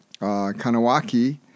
Kanawaki